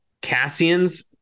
Cassian's